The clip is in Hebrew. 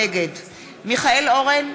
נגד מיכאל אורן,